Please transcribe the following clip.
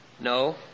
No